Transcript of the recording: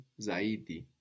zaidi